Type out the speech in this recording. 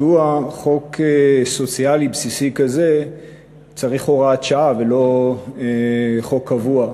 מדוע חוק סוציאלי בסיסי כזה צריך הוראת שעה ולא חוק קבוע.